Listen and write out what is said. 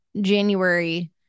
January